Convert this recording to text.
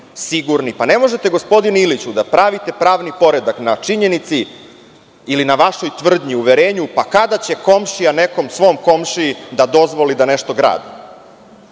Ne možete, gospodine Iliću, da pravite pravni poredak na činjenici ili na vašoj tvrdnji, uverenju, pa kada će komšija nekom svom komšiji da dozvoli da nešto gradi. Oni